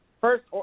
first